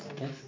Yes